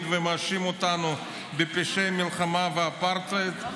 ומאשים אותנו בפשעי מלחמה ואפרטהייד,